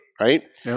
Right